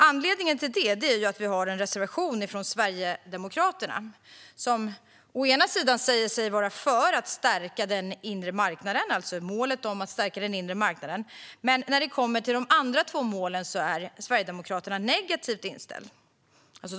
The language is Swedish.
Anledningen till det är att vi har en reservation från Sverigedemokraterna, som å ena sidan säger sig vara för att stärka den inre marknaden, alltså målet om att stärka den inre marknaden, och å andra sidan är negativt inställda när det kommer till de övriga två målen.